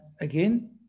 again